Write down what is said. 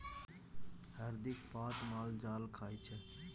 हरदिक पात माल जाल खाइ छै